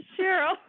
Cheryl